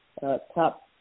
top